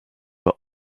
were